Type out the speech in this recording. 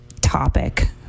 topic